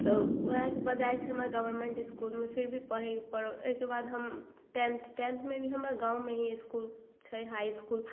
तऽ ओहिके वजहसे हमर गवरमेन्ट इसकुलमे फिर भी पढ़ैके पड़ल ओहिके बाद हम टेन्थ टेन्थमे भी हमरा गाममे ही इसकुल छै हाइ इसकुल